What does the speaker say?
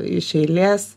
iš eilės